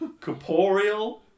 Corporeal